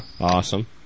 Awesome